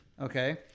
okay